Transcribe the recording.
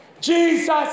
Jesus